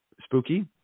spooky